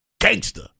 gangster